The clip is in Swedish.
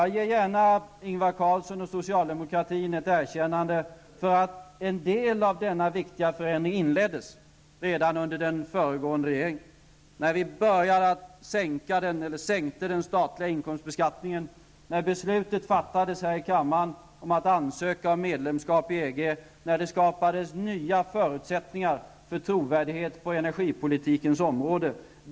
Jag ger gärna Ingvar Carlsson och socialdemokratin ett erkännande för att en del av denna viktiga förändring inleddes redan under den föregående regeringen. Då sänkte vi den statliga inkomstbeskattningen, beslut fattades här i kammaren om att ansöka om medlemskap i EG och det skapades nya förutsättningar för trovärdighet på energipolitikens område.